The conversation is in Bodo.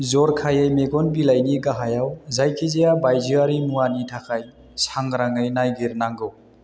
जरखायै मेगन बिलाइनि गाहायाव जायखिजाया बायजोआरि मुवानि थाखाय सांग्राङै नायगिर नांगौ